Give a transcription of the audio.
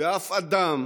ושאף אדם